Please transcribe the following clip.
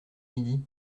midi